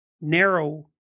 narrow